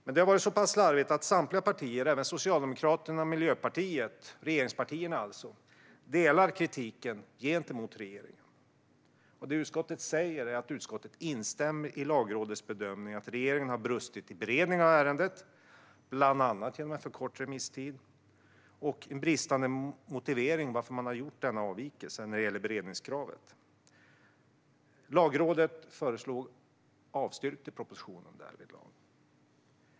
Men detta har varit så pass slarvigt att samtliga partier delar kritiken gentemot regeringen, även Socialdemokraterna och Miljöpartiet, det vill säga regeringspartierna. Det utskottet säger är att det instämmer i Lagrådets bedömning att regeringen har brustit i beredningen av ärendet, bland annat genom en för kort remisstid och genom en bristande motivering till denna avvikelse från beredningskravet. Lagrådet avstyrkte propositionen därvidlag.